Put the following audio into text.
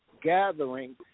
gathering